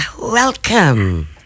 welcome